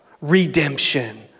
redemption